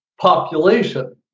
population